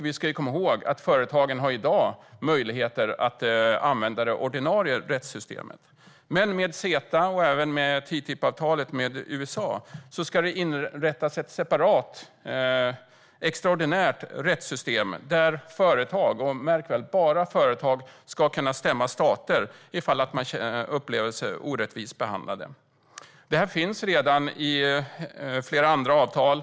Vi ska komma ihåg att företagen redan i dag har möjlighet att använda det ordinarie rättssystemet. Men med CETA, och även med TTIP-avtalet med USA, blir det ett separat och extraordinärt rättssystem där företag - märk väl, bara företag - ska kunna stämma stater om de upplever sig orättvist behandlade. Detta finns redan i flera andra avtal.